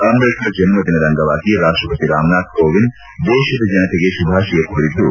ಅಂಬೇಢ್ಕರ್ ಜನ್ನ ದಿನದ ಅಂಗವಾಗಿ ರಾಷ್ಷಪತಿ ರಾಮನಾಥ್ ಕೋವಿಂದ್ ದೇಶದ ಜನತೆಗೆ ಶುಭಾಶಯ ಕೋರಿದ್ದು